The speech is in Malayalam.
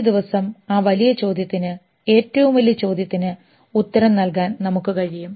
ഒരു ദിവസം ആ വലിയ ചോദ്യത്തിന് ഏറ്റവും വലിയ ചോദ്യത്തിന് ഉത്തരം നൽകാൻ നമുക്ക് കഴിയും